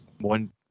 One